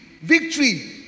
victory